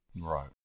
Right